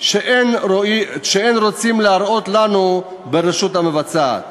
שאין רוצים להראות לנו ברשות המבצעת.